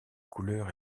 couleurs